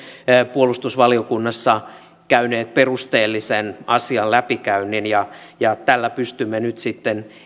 puolustusvaliokunnassa käyneet perusteellisen asian läpikäynnin tällä pystymme nyt sitten